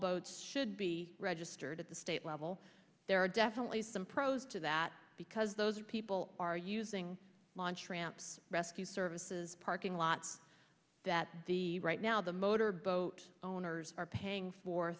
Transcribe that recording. boats should be registered at the state level there are definitely some pros to that because those people are using launch ramps rescue services parking lots that the right now the motor boat owners are paying for